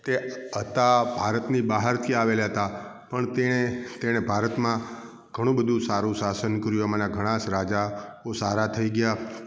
તે હતા ભારતની બહારથી આવેલા હતા પણ તે તેણે ભારતમાં ઘણું બધું સારું શાસન કર્યું એમાંના ઘણાં રાજા સારા થઈ ગયા